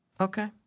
Okay